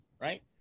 right